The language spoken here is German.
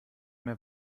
mehr